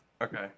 Okay